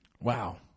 Wow